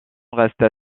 resta